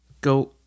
Go